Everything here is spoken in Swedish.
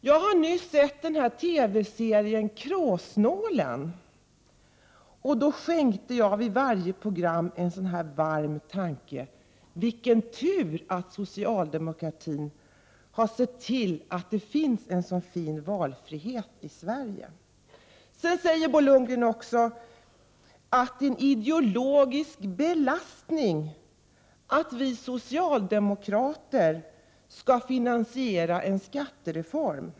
Jag har nyss sett TV-serien Kråsnålen, och jag tänkte vid varje program en varm janke: Vilken tur att socialdemokratin har sett till att det finns en så fin alfrihet i Sverige! Sedan sade Bo Lundgren också att det är en ideologisk belastning att vi Jocialdemokrater skall finansiera en skattereform.